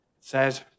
says